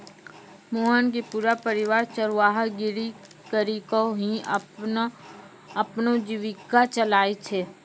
मोहन के पूरा परिवार चरवाहा गिरी करीकॅ ही अपनो जीविका चलाय छै